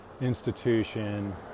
institution